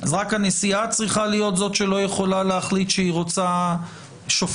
רק הנשיאה צריכה להיות זאת שלא יכולה להחליט שהיא רוצה שופט